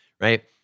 right